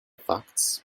facts